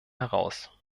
heraus